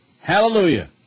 Hallelujah